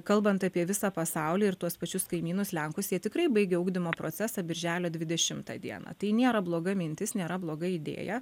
kalbant apie visą pasaulį ir tuos pačius kaimynus lenkus jie tikrai baigia ugdymo procesą birželio videšimtą dieną tai nėra bloga mintis nėra bloga idėja